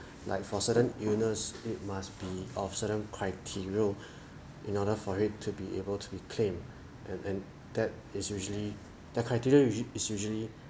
like for certain illness it must be of certain criteria in order for it to be able to be claim and and that is usually the criteria usu~ is usually